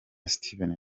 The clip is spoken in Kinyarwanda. steven